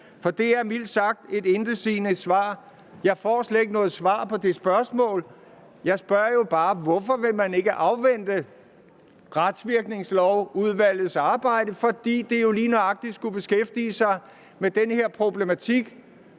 for det er mildt sagt et intetsigende svar, jeg har fået. Jeg får slet ikke noget svar på det spørgsmål. Jeg spørger jo bare: Hvorfor vil man ikke afvente Retsvirkningslovudvalgets arbejde, for det skulle jo lige nøjagtig beskæftige sig med den her problematik